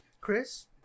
Chris